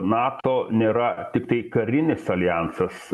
nato nėra tiktai karinis aljansas